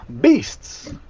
beasts